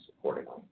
accordingly